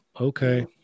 Okay